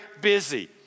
busy